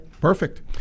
perfect